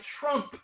Trump